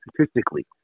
statistically